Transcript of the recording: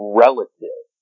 relative